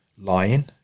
lying